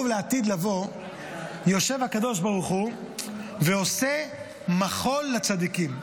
יושב הקדוש ברוך הוא ועושה מחול לצדיקים.